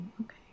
okay